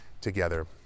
together